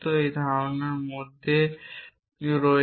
এই ধারণার মধ্যে রয়েছে